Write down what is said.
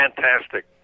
fantastic